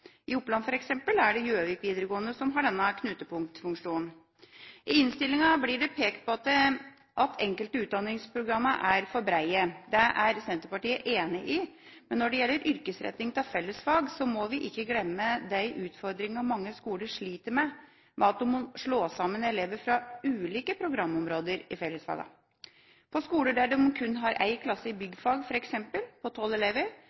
I Oppland, f.eks., er det Gjøvik videregående som har denne knutepunktfunksjonen. I innstillinga blir det pekt på at enkelte av utdanningsprogrammene er for brede. Det er Senterpartiet enig i, men når det gjelder yrkesretting av fellesfagene, må vi ikke glemme de utfordringene mange skoler sliter med ved at de må slå sammen elever fra ulike programområder i fellesfagene. På skoler der de f.eks. kun har én klasse i byggfag på